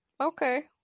Okay